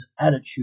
attitude